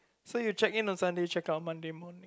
so you check in on Sunday check out on Monday morning